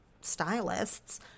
stylists